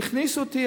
הכניסו אותי,